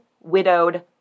widowed